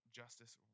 justice